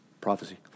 Prophecy